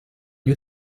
gli